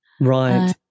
Right